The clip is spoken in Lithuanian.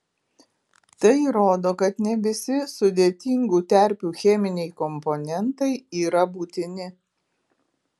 tai įrodo kad ne visi sudėtingų terpių cheminiai komponentai yra būtini